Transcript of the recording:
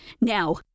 Now